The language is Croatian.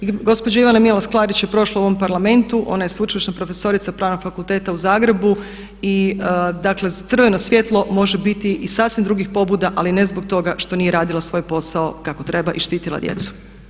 I gospođa Ivana Milas Klarić je prošla u ovom Parlamentu, ona je sveučilišna profesorica Pravnog fakulteta u Zagrebu i dakle crveno svjetlo može biti iz sasvim drugih pobuda ali ne zbog toga što nije radila svoj posao kako treba i štitila djecu.